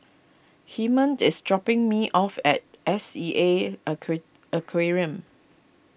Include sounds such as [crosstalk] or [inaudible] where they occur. Hymen is dropping me off at S E A [unintelligible] Aquarium